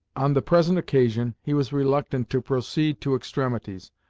on the present occasion, he was reluctant to proceed to extremities,